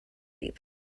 reap